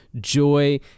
Joy